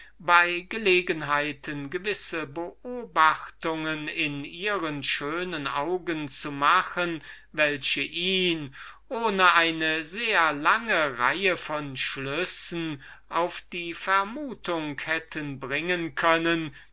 gewissen gelegenheiten gewisse beobachtungen in ihren schönen augen zu machen welche ihn ohne eine lange reihe von schlüssen auf die vermutung hätten bringen können